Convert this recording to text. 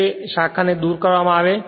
તેથી તે શાખાને દૂર કરવામાં આવે